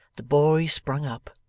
the boy sprung up,